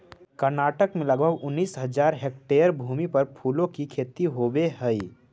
कर्नाटक में लगभग उनीस हज़ार हेक्टेयर भूमि पर फूलों की खेती होवे हई